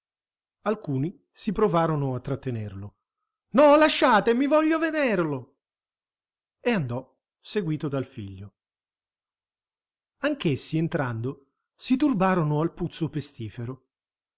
alcuni si provarono a trattenerlo no lasciatemi voglio vederlo e andò seguito dal figlio anch'essi entrando si turbarono al puzzo pestifero